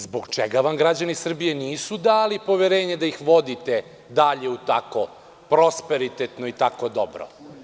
Zbog čega vam građani Srbije nisu dali poverenje da ih vodite dalje tako prosperitetno i tako dobro?